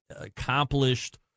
accomplished